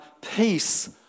peace